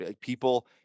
People